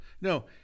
No